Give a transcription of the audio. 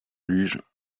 luge